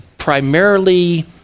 primarily